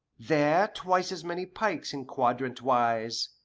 there twice as many pikes in quadrant wise,